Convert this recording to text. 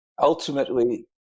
ultimately